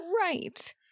Right